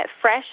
fresh